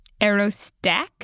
Aerostack